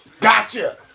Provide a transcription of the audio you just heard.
Gotcha